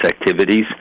activities